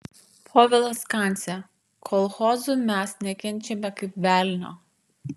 povilas kancė kolchozų mes nekenčiame kaip velnio